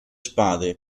spade